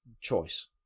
choice